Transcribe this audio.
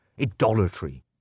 idolatry